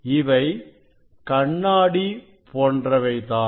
இவை கண்ணாடி போன்றவைதான்